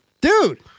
Dude